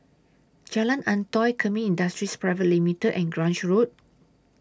Jalan Antoi Kemin Industries Private Limited and Grange Road